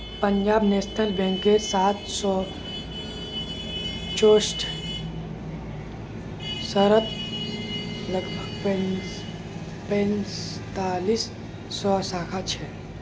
Punjab National बैंकेर सात सौ चौसठ शहरत लगभग पैंतालीस सौ शाखा छेक